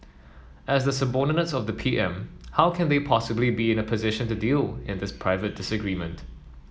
as the subordinates of the P M how can they possibly be in a position to deal in this private disagreement